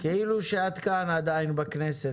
כאילו שאת כאן עדיין בכנסת.